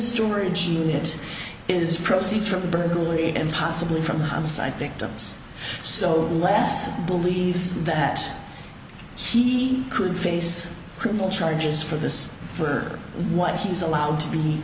storage unit is proceeds from the burglary and possibly from homicide victims so last believes that he could face criminal charges for this for what he's allowed to be